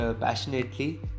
passionately